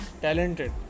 talented